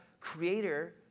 creator